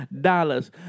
dollars